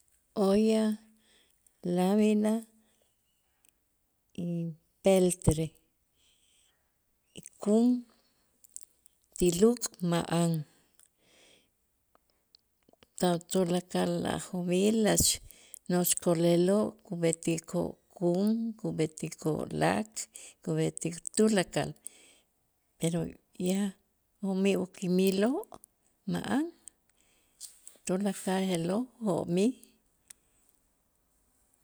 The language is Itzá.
Olla, lamina y peltre y kum ti luk ma'an ta' tulakal a' job'i lach nojoch ko'leloo' kub'etikoo' kum, kub'etikoo' lak, kub'etik tulakal, pero ya jo'mij ukimiloo' ma'an tulakal je'lo' jo'mij.